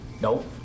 Nope